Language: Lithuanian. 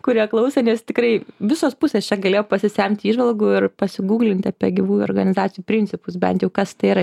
kurie klausė nes tikrai visos pusės čia galėjo pasisemti įžvalgų ir pasigūglinti apie gyvųjų organizacijų principus bent jau kas tai yra